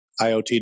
IoT